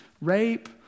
rape